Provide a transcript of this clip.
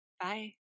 Bye